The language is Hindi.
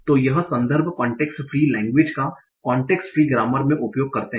तो यह संदर्भ कांटेक्स्ट फ्री लेंगवेज का कांटेक्स्ट फ्री ग्रामर मे उपयोग करते है